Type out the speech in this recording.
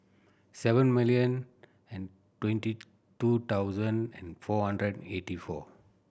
seven million and twenty two thousand and four hundred eighty four